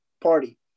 party